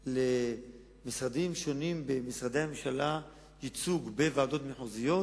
למשרדים שונים במשרדי הממשלה יש ייצוג בוועדות מחוזיות,